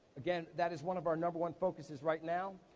again, that is one of our number one focuses right now.